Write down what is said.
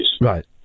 right